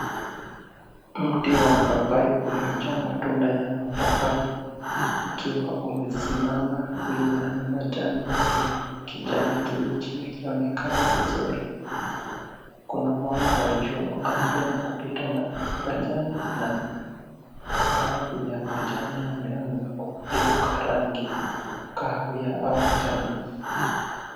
Mti wa mpapai uliojaa matunda ya papai ukiwa umesimama wima na majani yake ya kijani kibichi yakionekana vizuri. Kuna mwanga wa jua unaopenya kupita majani na baadhi ya majani yameanza kugeuka rangi ya kahawia au njano.